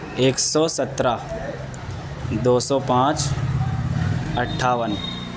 ایک سو سترہ دو سو پانچ اٹھاون